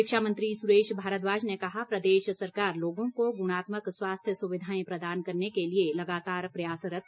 शिक्षा मंत्री सुरेश भारद्वाज ने कहा प्रदेश सरकार लोगों को गुणात्मक स्वास्थ्य सुविधाएं प्रदान करने के लिए लगातार प्रयासरत